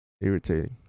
irritating